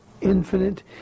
infinite